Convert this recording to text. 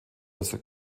das